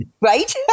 right